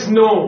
no